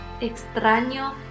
extraño